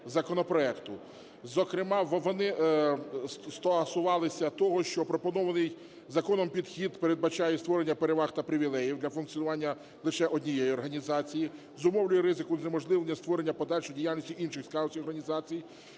Зокрема, вони стосувалися того, що пропонований законом підхід передбачає створення переваг та привілеїв для функціонування лише однієї організації, зумовлює ризик унеможливлення створення подальшої діяльності інших скаутських організацій.